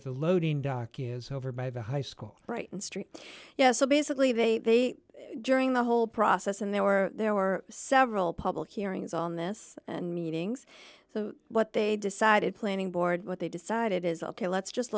the loading dock is over by the high school right in st yes so basically they joining the whole process and they were there were several public hearings on this and meetings so what they decided planning board what they decided is ok let's just